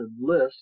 list